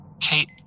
Kate